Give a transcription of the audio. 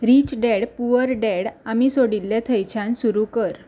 rich Dad Poor Dad आमी सोडिल्ले थंयच्यान सुरू कर